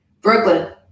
Brooklyn